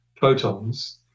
photons